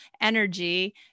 energy